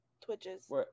Twitches